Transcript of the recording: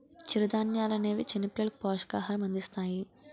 చిరుధాన్యాలనేవి చిన్నపిల్లలకు పోషకాహారం అందిస్తాయి